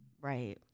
right